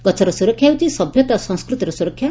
ଗଛର ସୁରକ୍ଷା ହେଉଛି ସଭ୍ୟତା ଓ ସଂସ୍କୃତିର ସୁରକ୍ଷା